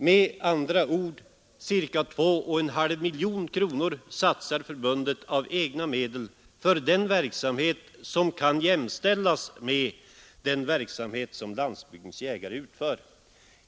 Med andra ord: Ca 2,5 miljoner kronor satsar förbundet av egna medel för den verksamhet som kan jämställas med den verksamhet som Jägarnas riksförbund-Landsbygdens jägare utför.